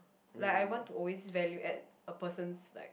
like I want to always value at a person's like